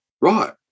Right